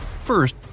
First